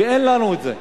ואין לנו את זה.